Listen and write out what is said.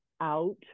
out